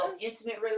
intimate